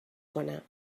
کنم